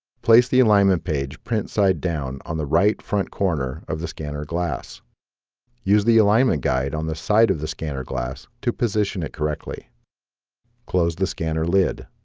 place the alignment page prints id down on the right-front corner of the scanner glass use the alignment guide on the side of the scanner glass to position it correctly close the scanner lid